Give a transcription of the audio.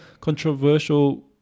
controversial